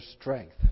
strength